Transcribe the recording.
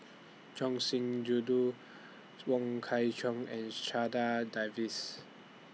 Choor Singh Sidhu Wong Kwei Cheong and Checha Davies